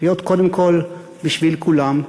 להיות קודם כול בשביל כולם.